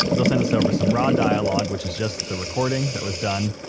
they'll send us over some raw dialogue which is just the recording that was done,